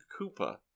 Koopa